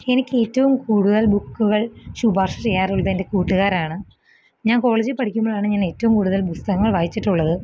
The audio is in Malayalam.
എനിക്ക് ഏറ്റവും കൂടുതല് ബുക്കുകള് ശുപാര്ശ ചെയ്യാറുള്ളത് എന്റെ കൂട്ടുകാരാണ് ഞാന് കോളേജില് പഠിക്കുമ്പോഴാണ് ഞാന് ഏറ്റവും കൂടുതല് പുസ്തകങ്ങള് വായിച്ചിട്ടുള്ളത്